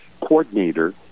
coordinator